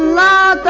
la